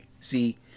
See